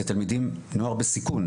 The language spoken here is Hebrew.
זה תלמידים נוער בסיכון,